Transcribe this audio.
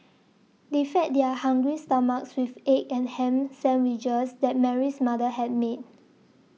they fed their hungry stomachs with egg and ham sandwiches that Mary's mother had made